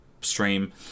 stream